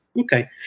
Okay